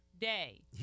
day